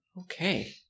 Okay